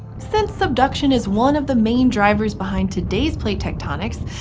since subduction is one of the main drivers behind today's plate tectonics,